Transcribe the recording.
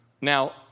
Now